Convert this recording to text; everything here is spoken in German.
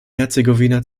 herzegowina